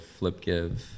FlipGive